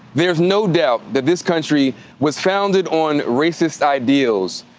there's no doubt that this country was founded on racist ideals.